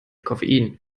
koffein